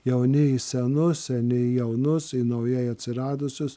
jauni į senus seni į jaunus į naujai atsiradusius